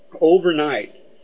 overnight